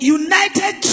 united